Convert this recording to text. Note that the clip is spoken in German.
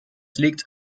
liegt